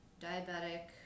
diabetic